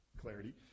clarity